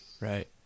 Right